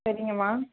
சரிங்கம்மா